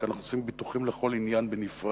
כי אנחנו עושים ביטוחים לכל עניין בנפרד,